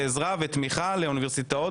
עזרה ותמיכה לאוניברסיטאות,